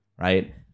right